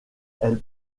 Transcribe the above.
elle